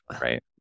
right